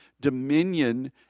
dominion